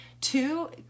two